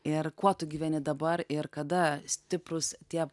ir kuo tu gyveni dabar ir kada stiprūs tie